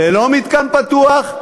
ללא מתקן פתוח,